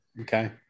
Okay